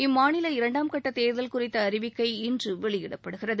இம்மாநில இரண்டாம் கட்ட தேர்தல் குறித்த அறிவிக்கை இன்று வெளியிடப்படுகிறது